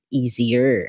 easier